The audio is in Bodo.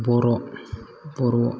बर' बर'